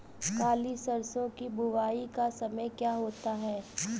काली सरसो की बुवाई का समय क्या होता है?